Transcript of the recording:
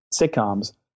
sitcoms